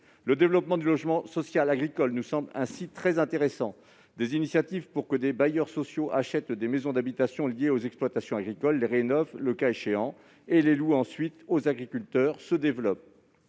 Le développement du logement social agricole nous semble ainsi très intéressant. Des initiatives se développent pour que des bailleurs sociaux achètent des maisons d'habitation liées aux exploitations agricoles, les rénovent le cas échéant et les louent ensuite aux agriculteurs. Toutefois,